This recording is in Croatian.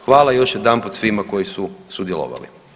Hvala još jedanput svima koji su sudjelovali.